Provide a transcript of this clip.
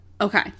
Okay